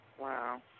Wow